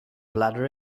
bladder